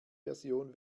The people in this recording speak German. version